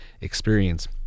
experience